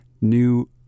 new